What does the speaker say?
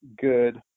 good